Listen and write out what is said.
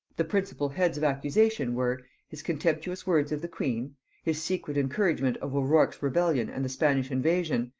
the principal heads of accusation were his contemptuous words of the queen his secret encouragement of o'rourk's rebellion and the spanish invasion,